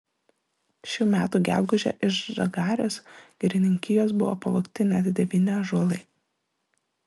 šių metų gegužę iš žagarės girininkijos buvo pavogti net devyni ąžuolai